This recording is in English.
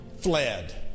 fled